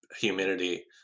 humidity